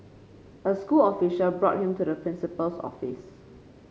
a school official brought him to the principal's office